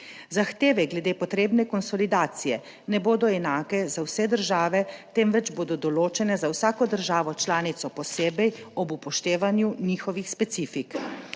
Zahteve glede potrebne konsolidacije ne bodo enake za vse države, temveč bodo določene za vsako državo članico posebej ob upoštevanju njihovih specifik.